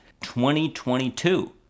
2022